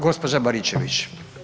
Gospođa Baričević.